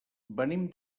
venim